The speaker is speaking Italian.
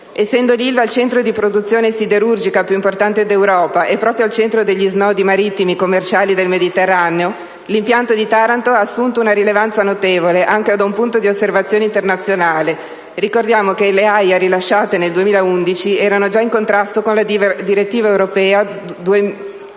Essendo l'Ilva il centro di produzione siderurgica più importante d'Europa e proprio al centro degli snodi marittimi commerciali del Mediterraneo, l'impianto di Taranto ha assunto una rilevanza notevole anche da un punto di osservazione internazionale. Ricordiamo che le AIA rilasciate nel 2011 erano già in contrasto con la direttiva europea